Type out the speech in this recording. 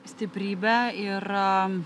stiprybę ir